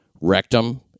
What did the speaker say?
rectum